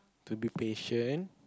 to be patient